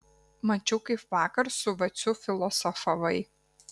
mačiau kaip vakar su vaciu filosofavai